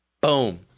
Boom